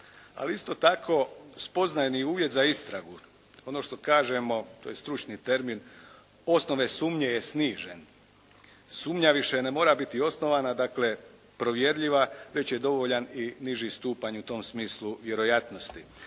ali isto tako spoznajni uvjet za istragu ono što kažemo, to je stručni termin, osnove sumnje je snižen. Sumnja više ne mora biti osnovana, dakle provjerljiva već je dovoljan i niži stupanj u tom smislu vjerojatnosti.